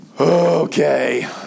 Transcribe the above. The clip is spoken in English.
okay